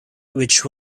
which